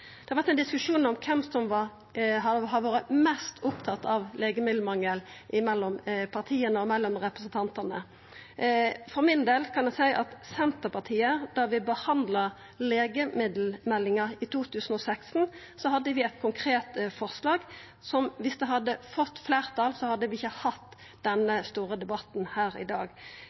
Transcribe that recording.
Det har vore ein diskusjon mellom partia og mellom representantane om kven som har vore mest opptatt av legemiddelmangel. For min del kan eg seia at Senterpartiet, da vi behandla legemiddelmeldinga i 2016, hadde eit konkret forslag som – viss det hadde fått fleirtal – ville ha ført til at vi ikkje hadde hatt denne store debatten her i dag.